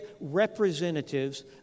representatives